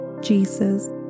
Jesus